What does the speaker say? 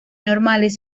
normales